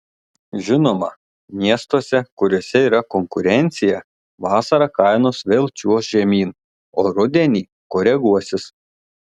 žinoma miestuose kuriuose yra konkurencija vasarą kainos vėl čiuoš žemyn o rudenį koreguosis